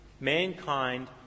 mankind